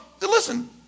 listen